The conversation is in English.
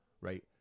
right